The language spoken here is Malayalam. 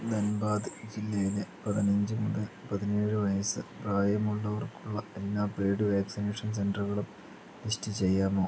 ധൻബാദ് ജില്ലയിലെ പതിനഞ്ച് മുതൽ പതിനേഴ് വയസ്സ് പ്രായമുള്ളവർക്കുള്ള എല്ലാ പെയ്ഡ് വാക്സിനേഷൻ സെൻ്ററുകളും ലിസ്റ്റ് ചെയ്യാമോ